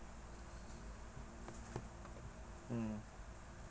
mm